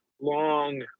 long